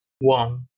one